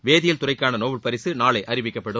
வேதியியல் துறைக்கான நோபல் பரிசு நாளை அறிவிக்கப்படும்